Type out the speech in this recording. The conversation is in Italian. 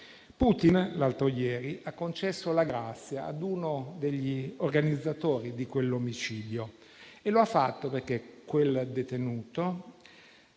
Regeni. L’altro ieri Putin ha concesso la grazia ad uno degli organizzatori di quell’omicidio e lo ha fatto perché quel detenuto